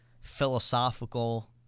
Philosophical